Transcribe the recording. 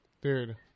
dude